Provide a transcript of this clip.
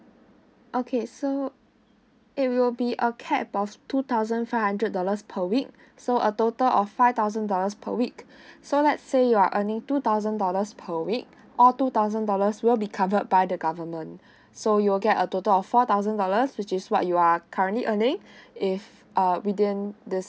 okay so it will be a cap for two thousand five hundred dollars per week so a total of five thousand dollars per week so let's say you're earning two thousand dollars per week all two thousand dollars will be covered by the government so you'll get a total of four thousand dollars which is what you are currently earning if uh within this